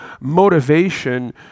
motivation